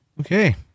okay